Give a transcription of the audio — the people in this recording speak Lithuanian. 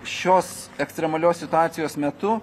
šios ekstremalios situacijos metu